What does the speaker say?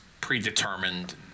predetermined